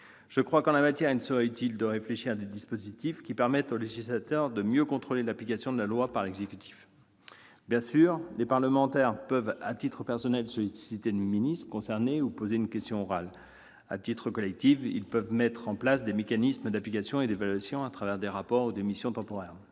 Je crois qu'en la matière il serait utile de réfléchir à des dispositifs qui permettent au législateur de mieux contrôler l'application de la loi par l'exécutif. Bien sûr, à titre individuel, les parlementaires peuvent solliciter le ministre concerné ou poser une question orale ; à titre collectif, ils peuvent mettre en place des mécanismes de contrôle de l'application et d'évaluation, par le biais de rapports ou de missions temporaires.